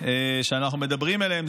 שאנחנו מדברים עליהן,